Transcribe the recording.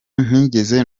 ntigeze